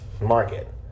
market